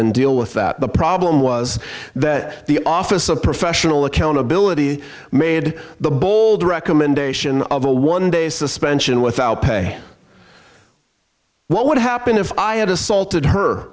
and deal with that the problem was that the office of professional accountability made the bold recommendation of a one day suspension without pay what would happen if i had assaulted her